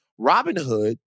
Robinhood